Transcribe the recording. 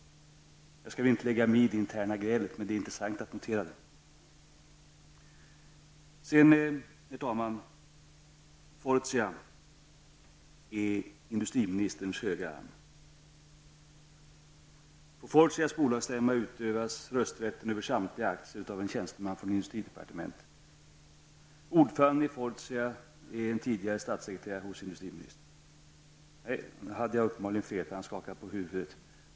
Jag skall inte lägga mig i ert interna gräl. Det är i varje fall intressant att notera detta gräl. Fortia är industriministerns högra arm. På Fortias bolagsstämma utövas rösträtten över samtliga aktier av en tjänsteman från industridepartementet. Ordförande i Fortia är en tidigare statssekreterare hos industriministern. Jag ser att industriministern skakar på huvudet.